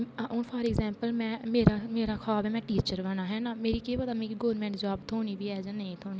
हून फाॅरइंगजेमपल मे मेरा ख्वाव ऐ में टीचर बनना है ना मेरी केह् पता मिगी गवर्नमेट जाॅव थ्होनी बी है कि नेईं थ्होनी